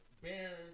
Baron